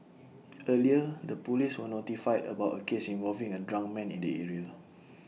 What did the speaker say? earlier the Police were notified about A case involving A drunk man in the area